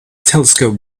telescope